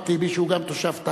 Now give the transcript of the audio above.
אחמד טיבי, שהוא גם תושב טייבה,